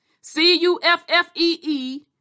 C-U-F-F-E-E